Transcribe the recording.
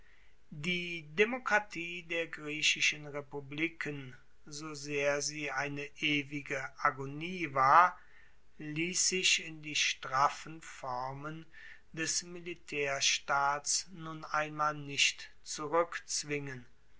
die demokratie der griechischen republiken so sehr sie eine ewige agonie war liess sich in die straffen formen des militaerstaats nun einmal nicht